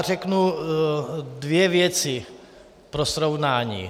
Řeknu dvě věci pro srovnání.